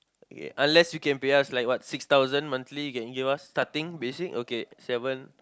ya unless you can pay us like what six thousand monthly can give us starting basic okay seven